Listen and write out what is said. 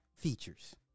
features